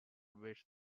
which